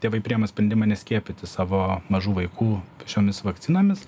tėvai priema sprendimą neskiepyti savo mažų vaikų šiomis vakcinomis